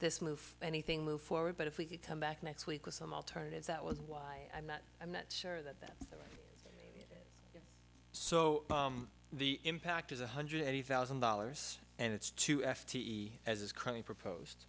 this move anything move forward but if we could come back next week with some alternatives that was why i'm not i'm not sure that that so the impact is one hundred eighty thousand dollars and it's two f t e as it's coming proposed